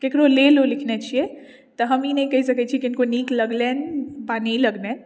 केकरो लेल ओ लिखने छियै तऽ हम ई नइ कहि सकैत छियै कि किनको नीक लगलनि वा नहि लगलनि